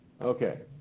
Okay